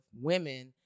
women